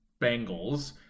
Bengals